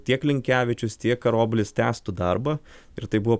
tiek linkevičius tiek karoblis tęstų darbą ir tai buvo